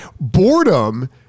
Boredom